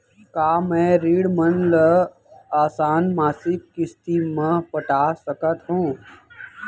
का मैं ऋण मन ल आसान मासिक किस्ती म पटा सकत हो?